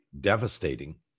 devastating